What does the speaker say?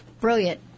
brilliant